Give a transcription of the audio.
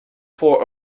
voor